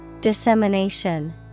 Dissemination